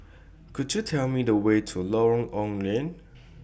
Could YOU Tell Me The Way to Lorong Ong Lye